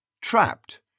Trapped